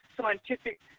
scientific